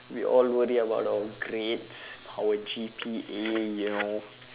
we all worry about our grades our G_P_A you know